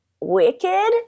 Wicked